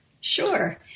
Sure